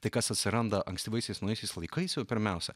tai kas atsiranda ankstyvaisiais naujaisiais laikais jau pirmiausia